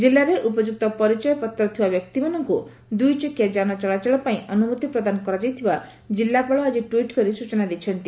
ଜିଲ୍ଲାରେ ଉପଯୁକ୍ତ ପରିଚୟପତ୍ର ଥିବା ବ୍ୟକ୍ତିମାନଙ୍ଙୁ ଦୁଇଚକିଆ ଯାନ ଚଳାଚଳ ପାଇଁ ଅନୁମତି ପ୍ରଦାନ କରାଯାଇଥିବା ଜିଲ୍ଲାପାଳ ଆଜି ଟ୍ୱିଟ୍ କରି ସୂଚନା ଦେଇଛନ୍ତି